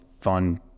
fun